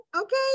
okay